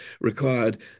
required